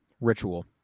ritual